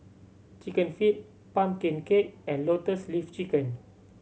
Chicken Feet pumpkin cake and Lotus Leaf Chicken